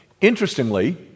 Interestingly